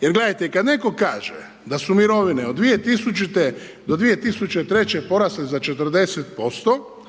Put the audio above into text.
Je gledajte, kada netko kaže da su mirovine od 2000. do 2003. porasle za 40%,